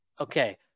okay